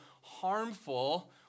harmful